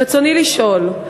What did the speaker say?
רצוני לשאול: